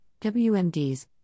WMDs